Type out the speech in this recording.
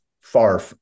far